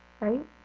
right